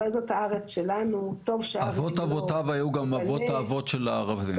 אבל זאת הארץ שלנו --- אבות אבותיו היו גם אבות האבות של הערבים.